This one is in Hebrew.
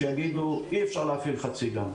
שיגידו שאי-אפשר להפעיל חצי גן,